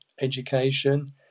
education